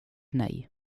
nej